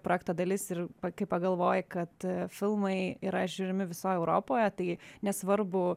projekto dalis ir kai pagalvoji kad filmai yra žiūrimi visoj europoje tai nesvarbu